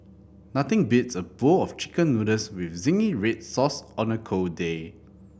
nothing beats a bowl of Chicken Noodles with zingy red sauce on a cold day